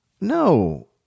No